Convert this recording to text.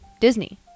Disney